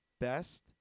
best